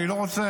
אני לא רוצה,